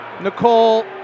Nicole